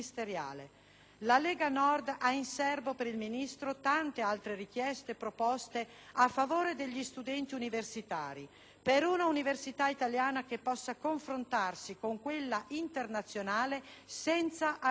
La Lega Nord ha in serbo per il Ministro tante altre richieste e proposte a favore degli studenti universitari, per una università italiana che possa confrontarsi con quella internazionale senza arrossire